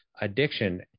addiction